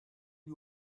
gli